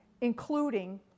including